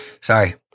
Sorry